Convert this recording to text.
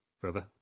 brother